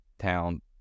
town